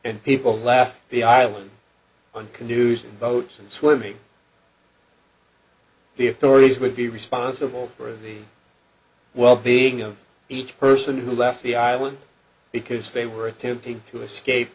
when people left the island on canoes in boats and swimming the authorities would be responsible for the well being of each person who left the island because they were attempting to escape